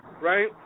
Right